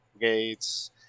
gates